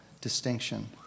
distinction